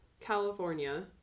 California